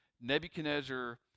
Nebuchadnezzar